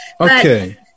Okay